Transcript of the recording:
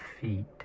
feet